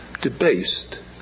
debased